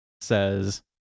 says